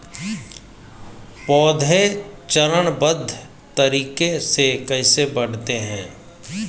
पौधे चरणबद्ध तरीके से कैसे बढ़ते हैं?